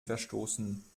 verstoßen